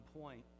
point